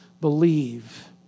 believe